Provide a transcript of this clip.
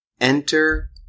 Enter